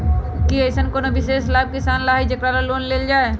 कि अईसन कोनो विशेष लाभ किसान ला हई जेकरा ला लोन लेल जाए?